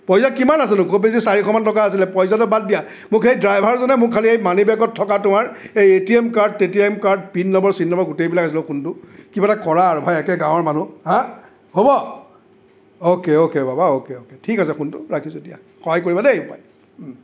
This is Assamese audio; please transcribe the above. পইচা কিমান আছেনো খুব বেছি চাৰিশমান টকা আছিলে পইচাটো বাদ দিয়া মোক সেই ড্ৰাইভাৰজনে মোক খালি এই মানিবেগত থকা তোমাৰ এই এ টি এম কাৰ্ড টে T M card pin number চিন নম্বৰ গোটেইবিলাক আছিলে অ' সোণটো কিবা এটা কৰা আৰু ভাই একে গাঁৱৰ মানুহ হাঁ হ'ব অ'কে অ'কে বাবা অ'কে অ'কে ঠিক আছে সোণটো ৰাখিছোঁ দিয়া সহায় কৰিবা দেই বোপাই